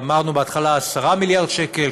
אמרנו בהתחלה 10 מיליארד שקל,